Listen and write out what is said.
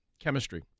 chemistry